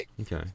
Okay